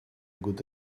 good